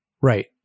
Right